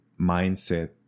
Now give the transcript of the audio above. mindset